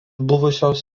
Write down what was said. buvusios